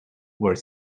were